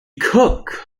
cook